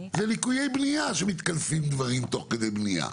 זה ליקויי בנייה כשמתכנסים דברים תוך כדי בנייה.